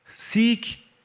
seek